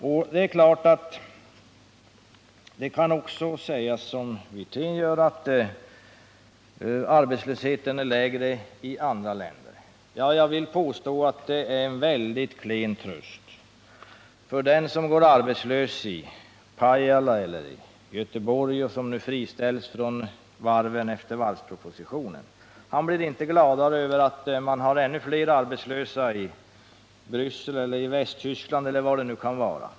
Visst kan man, som Rolf Wirtén gjorde, peka på att arbetslösheten är lägre än i andra länder, men jag vill påstå att det är en mycket klen tröst. Den som går arbetslös i Pajala eller de som nu i Göteborg skall friställas från varven 25 att öka sysselsättningen enligt varvspropositionens förslag blir inte gladare över att man har ännu fler arbetslösa i Belgien, i Västtyskland eller var det kan vara.